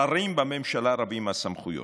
שרים בממשלה רבים על סמכויות,